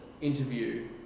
interview